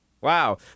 Wow